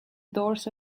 doors